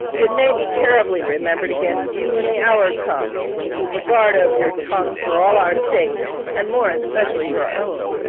it may be terribly remembered against you when the hour comes. keep a guard over your tongue, for all our sakes, and more especially your own.